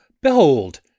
Behold